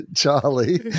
charlie